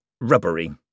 rubbery